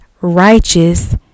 righteous